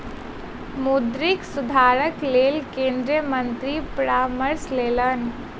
मौद्रिक सुधारक लेल केंद्रीय मंत्री परामर्श लेलैन